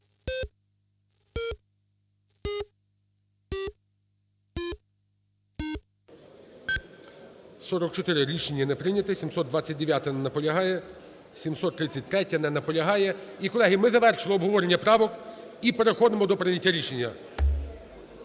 За-44 Рішення не прийнято. 729-а. Не наполягає. 733-я. Не наполягає. І, колеги, ми завершили обговорення правок і переходимо до прийняття рішення.